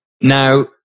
Now